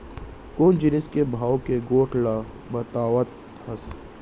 कोन जिनिस के भाव के गोठ ल बतावत हस?